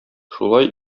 шулай